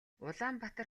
улаанбаатар